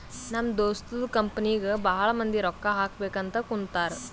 ನಮ್ ದೋಸ್ತದು ಕಂಪನಿಗ್ ಭಾಳ ಮಂದಿ ರೊಕ್ಕಾ ಹಾಕಬೇಕ್ ಅಂತ್ ಕುಂತಾರ್